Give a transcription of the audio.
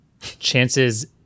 chances